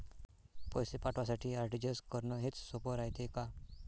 पैसे पाठवासाठी आर.टी.जी.एस करन हेच सोप रायते का?